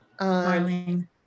Marlene